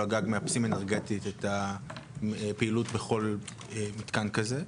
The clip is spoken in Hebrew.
הגג מאפסים אנרגטית את הפעילות בכל מתקן כזה?